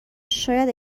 شاید